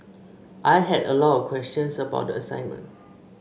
I had a lot of questions about the assignment